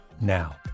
now